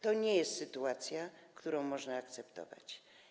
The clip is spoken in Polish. To nie jest sytuacja, którą można akceptować.